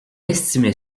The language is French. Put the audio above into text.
estimait